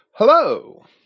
Hello